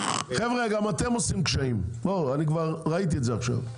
חבר'ה, גם אתם עושים קשיים, ראיתי את זה עכשיו.